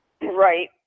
Right